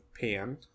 pan